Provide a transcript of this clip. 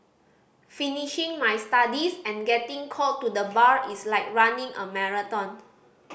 finishing my studies and getting called to the Bar is like running a marathon